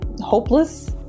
hopeless